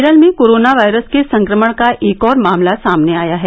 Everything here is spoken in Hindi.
केरल में कोरोना वायरस के संक्रमण का एक और मामला सामने आया है